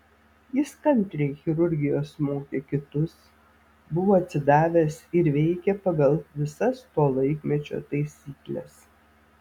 jis kantriai chirurgijos mokė kitus buvo atsidavęs ir veikė pagal visas to laikmečio taisykles